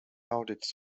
audit